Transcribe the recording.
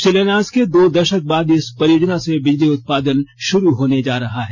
शिलान्यास के दो दशक बाद इस परियोजना से बिजली उत्पादन शुरू होने जा रहा है